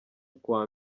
kuwa